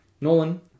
Nolan